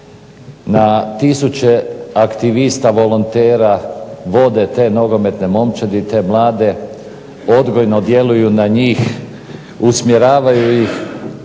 Na tisuće aktivista volontera vode te nogometne momčadi, te mlade, odgojno djeluju na njih, usmjeravaju ih